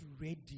ready